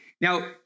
Now